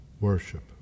worship